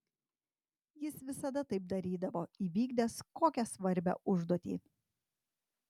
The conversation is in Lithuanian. jis visada taip darydavo įvykdęs kokią svarbią užduotį